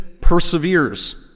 perseveres